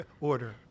order